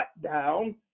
down